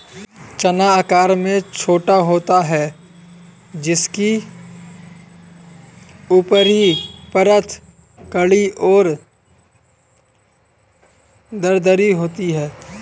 चना आकार में छोटा होता है जिसकी ऊपरी परत कड़ी और दरदरी होती है